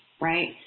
right